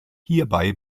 hierbei